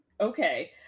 okay